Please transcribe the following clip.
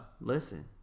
listen